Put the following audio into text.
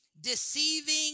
deceiving